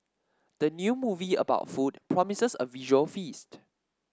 the new movie about food promises a visual feast